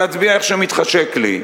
להצביע איך שמתחשק לי,